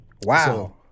Wow